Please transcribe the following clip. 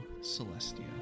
celestia